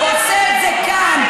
עושה את זה כאן,